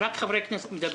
רק חברי כנסת מדברים.